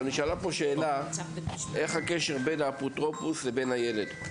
נשאלה פה שאלה איך הקשר בין האפוטרופוס לבין הילד?